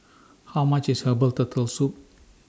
How much IS Herbal Turtle Soup